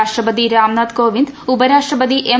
രാഷ്ട്രപതി രാം നാഥ് കോവിന്ദ് ഉപരാഷ്ട്രപതി എം